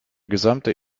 gesamte